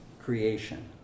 creation